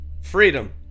freedom